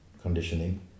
conditioning